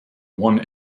one